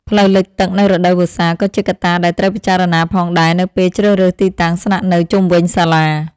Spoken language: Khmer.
ផ្លូវលិចទឹកនៅរដូវវស្សាក៏ជាកត្តាដែលត្រូវពិចារណាផងដែរនៅពេលជ្រើសរើសទីតាំងស្នាក់នៅជុំវិញសាលា។